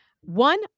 one